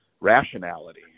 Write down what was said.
rationality